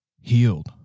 healed